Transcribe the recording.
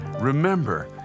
Remember